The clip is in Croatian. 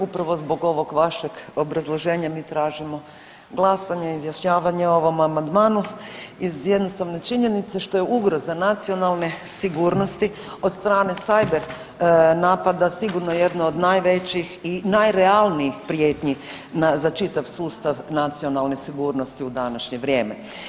Upravo zbog ovog vašeg obrazloženja mi tražimo glasanje i izjašnjavanje o ovom amandmanu iz jednostavne činjenice što je ugroza nacionalne sigurnosti od strane cyber napada sigurno jedno od najvećih i najrealnijih prijetnji za čitav sustav nacionalne sigurnosti u današnje vrijeme.